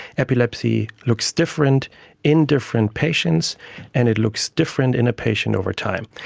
epilepsy looks different in different patients and it looks different in a patient over time.